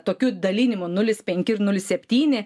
tokiu dalinimu nulis penki ir nulis septyni